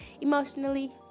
emotionally